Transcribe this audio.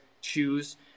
choose